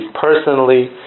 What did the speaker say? personally